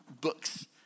books